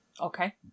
Okay